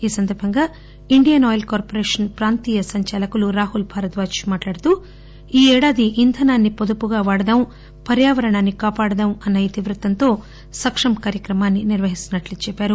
ఈ సందర్బంగా Indian oil corporation ప్రాంతీయ సంచాలకులు రాహుల్ భరద్వాజ్ మాట్లాడుతూ ఈ ఏడాది ఇంధనాన్ని పొదుపుగా వాడదాం పర్యావరణాన్ని కాపాడదాం అన్స ఇతివృత్తంతో సక్షమ్ కార్యక్రమాన్ని నిర్వహిస్తున్నట్లు చెప్పారు